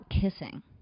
kissing